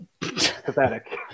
pathetic